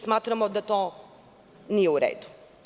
Smatramo da to nije u redu.